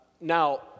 Now